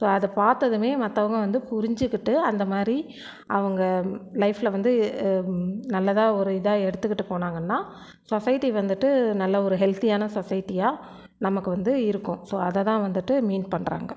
இப்போ அதை பார்த்ததுமே மற்றவங்க வந்து புரிஞ்சுக்கிட்டு அந்தமாதிரி அவங்க லைஃபில் வந்து நல்லதாக ஒரு இதாக எடுத்துக்கிட்டு போனாங்கன்னால் சொசைட்டி வந்துட்டு நல்ல ஒரு ஹெல்த்தியான சொசைட்டியாக நமக்கு வந்து இருக்கும் ஸோ அதை தான் வந்துட்டு மீன் பண்ணுறாங்க